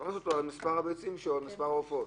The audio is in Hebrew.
אתה קונס אותו על מספר הביצים או מספר העופות.